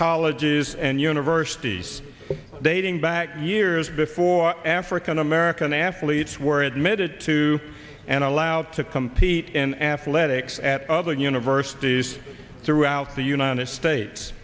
colleges and universities dating back years before african american athletes were admitted to and allowed to compete in athletics at other universities throughout the united states